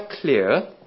clear